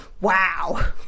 Wow